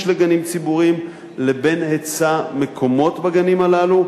לגנים ציבוריים לבין היצע מקומות בגנים הללו,